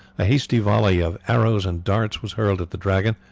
a hasty volley of arrows and darts was hurled at the dragon,